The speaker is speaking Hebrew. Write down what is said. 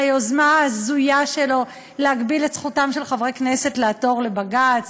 על היוזמה ההזויה שלו להגביל את זכותם של חברי כנסת לעתור לבג"ץ.